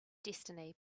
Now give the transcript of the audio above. destiny